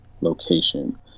location